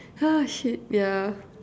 shit ya